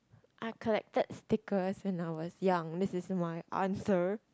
I collect stickers when I was young this is my answer